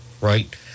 right